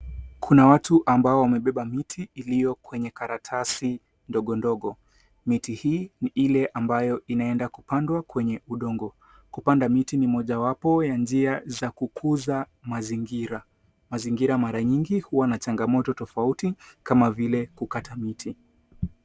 Kuna watu ambao wamebeba miti iliyo kwenye karatasi ndogo ndogo. Miti hii ni ile ambayo inaenda kupandwa kwenye udongo. Kupanda miti ni mojawapo ya njia za kukuza mazingira. Mazingira mara nyingi huwa na changamoto tofauti kama vile kukata miti.